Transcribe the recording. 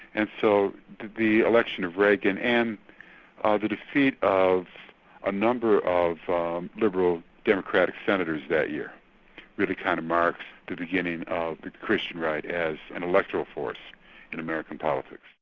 and so the election of reagan and ah the defeat of a number of liberal democratic senators that year really kind of marks the beginning of the christian right as an electoral force in american politics.